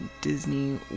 disney